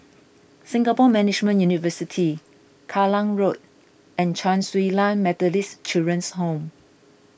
Singapore Management University Kallang Road and Chen Su Lan Methodist Children's Home